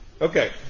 Okay